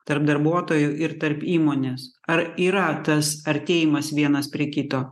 tarp darbuotojų ir tarp įmonės ar yra tas artėjimas vienas prie kito